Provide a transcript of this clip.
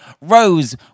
rose